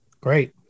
Great